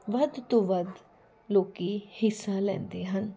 ਵੱਧ ਤੋਂ ਵੱਧ ਲੋਕ ਹਿੱਸਾ ਲੈਂਦੇ ਹਨ